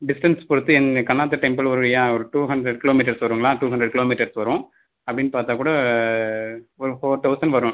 distance பொறுத்து என் Kannatha temple ஒரு யா ஒரு டூ ஹண்ரட் கிலோமீட்டர்ஸ் வருங்களா டூ ஹண்ரட் கிலோமீட்டர்ஸ் வரும் அப்படின்னு பார்த்தா கூட ஒரு ஃபோர் தௌசண்ட் வரும்